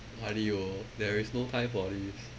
哪里有 there is no time for leaves